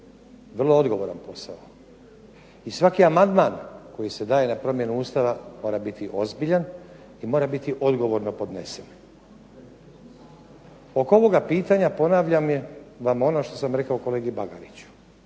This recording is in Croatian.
i odgovoran posao. I svaki amandman koji se daje na promjenu Ustava mora biti ozbiljan i mora biti odgovorno podnesen. Oko ovog pitanja ponavljam vam i ono što sam rekao kolegi Bagariću,